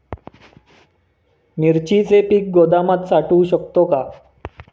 मिरचीचे पीक गोदामात साठवू शकतो का?